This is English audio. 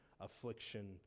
affliction